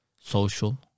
social